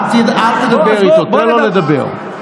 אל תדבר איתו, תן לו לדבר.